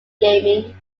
gaming